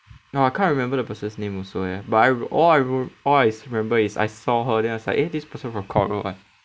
no I can't remember the person's name also eh but I re~ all I re~ all I remember is I saw her then I was like eh this person from coral leh